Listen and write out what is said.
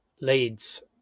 leads